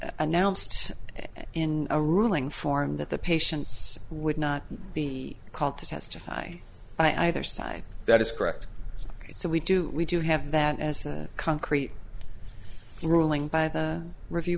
announced in a ruling form that the patients would not be called to testify either side that is correct so we do we do have that as a concrete ruling by the review